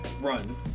run